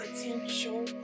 potential